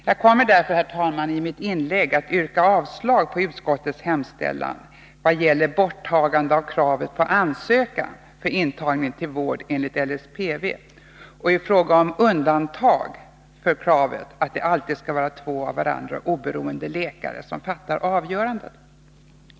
Jag kommer därför, herr talman, i mitt inlägg att yrka avslag på utskottets hemställan vad gäller borttagande av kravet på ansökan för intagning till vård enligt LSPV och i fråga om undantag från kravet på att det alltid skall vara två av varandra oberoende läkare som fattar avgörandet.